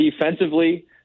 defensively